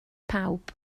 pawb